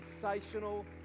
sensational